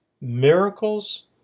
Miracles